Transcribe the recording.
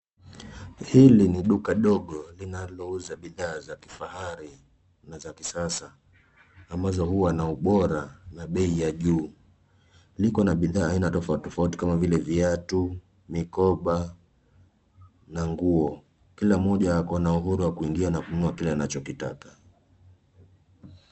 Hili ni duka dogo linalouza bidhaa za kifahari na za kisasa ambazo huwa na ubora na bei ya juu. Liko na bidhaa tofauti tofauti kama vile viatu, mikoba na nguo. Kila mmoja ako na uhuru wa kuingia na kukunua kile anachokitaka.